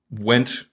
went